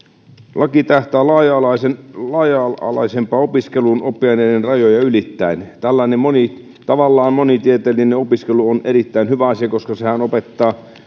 laki tähtää laaja alaisempaan opiskeluun oppiaineiden rajoja ylittäen tällainen tavallaan monitieteellinen opiskelu on erittäin hyvä asia koska sehän opettaa